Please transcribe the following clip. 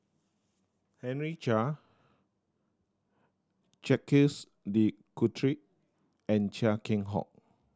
Henry Chia Jacques De Coutre and Chia Keng Hock